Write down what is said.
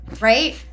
right